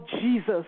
Jesus